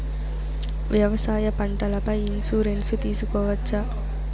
వ్యవసాయ పంటల పై ఇన్సూరెన్సు తీసుకోవచ్చా?